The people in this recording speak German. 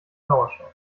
sauerstoff